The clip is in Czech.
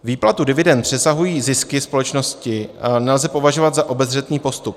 Výplatu dividend přesahující zisky společnosti nelze považovat za obezřetný postup.